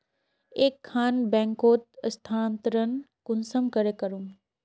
एक खान बैंकोत स्थानंतरण कुंसम करे करूम?